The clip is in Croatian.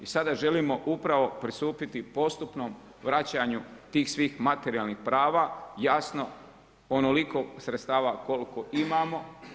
I sada želimo upravo pristupiti postupnom vračanju tih svih materijalnih prava jasno onoliko sredstava koliko imamo.